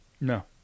No